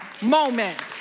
moment